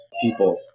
people